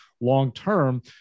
long-term